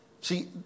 See